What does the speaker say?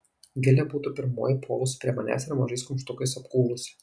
gilė būtų pirmoji puolusi prie manęs ir mažais kumštukais apkūlusi